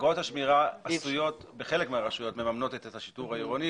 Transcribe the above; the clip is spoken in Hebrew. אגרות השמירה מממנות בחלק מהרשויות את השיטור העירוני,